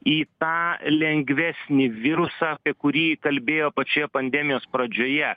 į tą lengvesnį virusą apie kurį kalbėjo pačioje pandemijos pradžioje